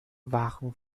waren